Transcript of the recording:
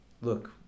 look